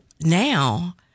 now